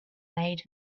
made